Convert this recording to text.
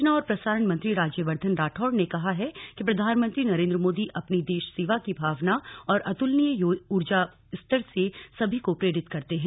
सूचना और प्रसारण मंत्री राज्यवर्धन राठौड़ ने कहा है कि प्रधानमंत्री नरेन्द्र मोदी अपनी देश सेवा की भावना और अतुलनीय ऊर्जा स्तर से सभी को प्रेरित करते हैं